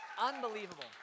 Unbelievable